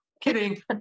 kidding